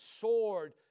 sword